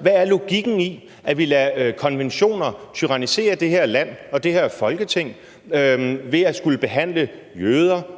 Hvad er logikken i, at vi lader konventioner tyrannisere det her land og det her Folketing, så vi skal behandle jøder,